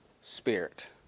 spirit